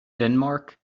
denmark